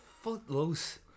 Footloose